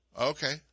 Okay